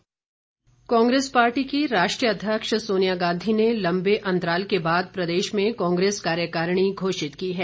Congress Congress party की राष्ट्रीय अध्यक्ष सोनिया गांधी ने लम्बे अंतराल के बाद प्रदेश में कांग्रेस कार्यकारिणी घोषित की है